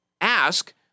ask